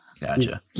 gotcha